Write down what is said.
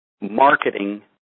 marketing